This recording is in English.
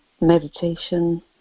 meditation